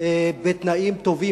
בתנאים טובים,